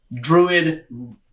Druid